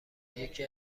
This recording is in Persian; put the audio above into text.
یکی